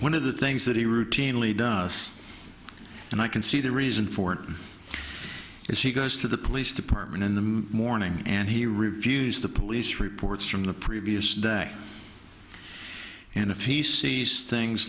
one of the things that he routinely does and i can see the reason for it is he goes to the police department in the morning and he refused the police reports from the previous day and if he sees things